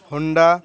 Honda